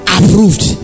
Approved